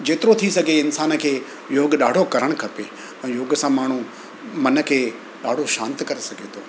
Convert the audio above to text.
जेतिरो थी सघे इंसान खे योग ॾाढो करणु खपे ऐं योग सां माण्हू मन खे ॾाढो शांति करे सघे थो